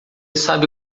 sabe